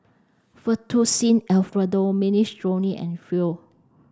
Fettuccine Alfredo Minestrone and Pho